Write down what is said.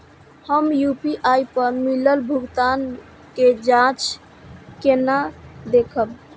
हम यू.पी.आई पर मिलल भुगतान के जाँच केना देखब?